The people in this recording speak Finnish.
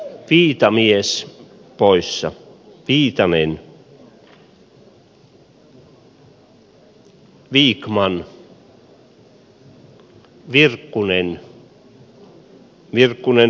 viitamies poissa tuomo puumala